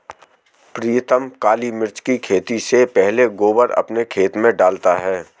प्रीतम काली मिर्च की खेती से पहले गोबर अपने खेत में डालता है